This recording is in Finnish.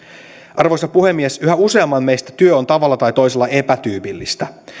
arvoisa puhemies meistä yhä useamman työ on tavalla tai toisella epätyypillistä